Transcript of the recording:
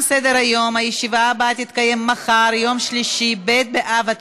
35 חברי כנסת, אין מתנגדים, אין נמנעים.